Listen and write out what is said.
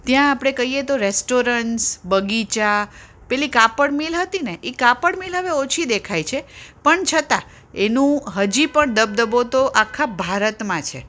ત્યાં આપણે કહીએ તો રેસ્ટોરન્ટ્સ બગીચા પેલી કાપડ મિલ હતી ને એ કાપડ મિલ હવે ઓછી દેખાય છે પણ છતાં એનું હજી પણ દબદબો તો આખા ભારતમાં છે